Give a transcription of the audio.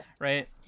right